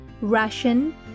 Russian